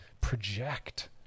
project